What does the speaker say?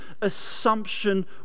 assumption